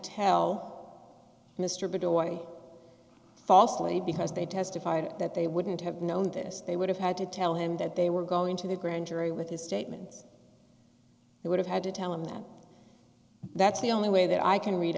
tell mr bit away falsely because they testified that they wouldn't have known this they would have had to tell him that they were going to the grand jury with his statements they would have had to tell him that that's the only way that i can read